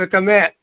તો તમે